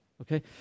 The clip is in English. okay